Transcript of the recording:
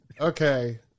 Okay